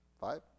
five